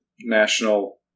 national